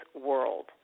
world